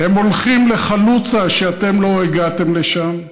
הם הולכים לחלוצה, שאתם לא הגעתם לשם.